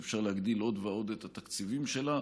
שאפשר להגדיל עוד ועוד את התקציבים שלה,